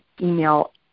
email